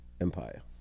Empire